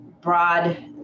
broad